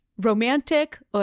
Romantic